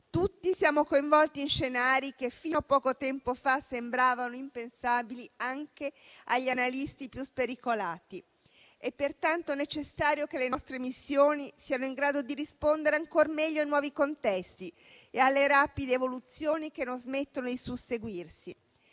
tutti siamo coinvolti in scenari che fino a poco tempo fa sembravano impensabili, anche agli analisti più spericolati. È pertanto necessario che le nostre missioni siano in grado di rispondere ancor meglio ai nuovi contesti e alle rapide evoluzioni che non smettono di susseguirsi.